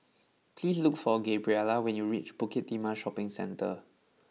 please look for Gabriella when you reach Bukit Timah Shopping Centre